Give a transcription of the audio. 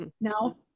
No